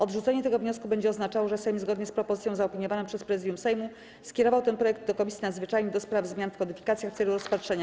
Odrzucenie tego wniosku będzie oznaczało, że Sejm, zgodnie z propozycją zaopiniowaną przez Prezydium Sejmu, skierował ten projekt do Komisji Nadzwyczajnej do spraw zmian w kodyfikacjach w celu rozpatrzenia.